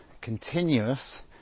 continuous